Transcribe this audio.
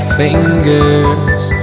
fingers